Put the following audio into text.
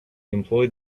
employed